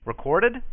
Recorded